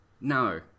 No